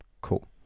cool